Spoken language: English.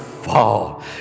fall